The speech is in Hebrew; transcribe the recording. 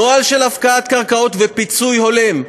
לנוהל של הפקעת קרקעות ופיצוי הולם,